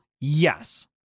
Yes